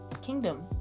Kingdom